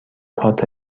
کارت